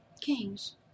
kings